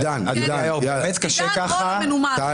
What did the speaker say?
עידן רול מנומס.